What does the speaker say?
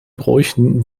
bräuchen